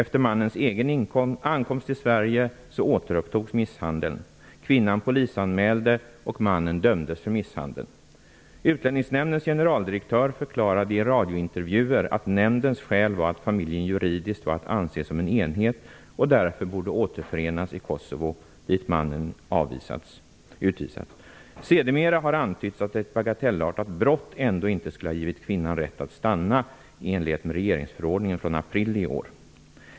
Efter mannens egen ankomst till Sverige återupptogs misshandeln. Kvinnan polisanmälde mannen, och han dömdes för misshandeln. Utlänningsnämndens generaldirektör förklarade i radiointervjuer att nämndens skäl var att familjen juridiskt var att anse som en enhet. Därför borde den återförenas i Kosovo, dit mannen utvisats. Sedermera har antytts att ett bagatellartat brott ändå inte skulle ha givit kvinnan rätt att stanna, i enlighet med regeringsförordningen från april i år.